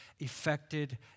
affected